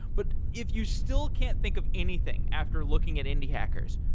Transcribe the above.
but if you still can't think of anything after looking at indie hackers,